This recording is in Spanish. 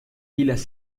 pilas